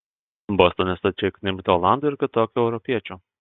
bostone stačiai knibžda olandų ir kitokių europiečių